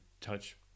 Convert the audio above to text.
touch